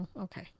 Okay